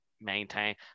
maintain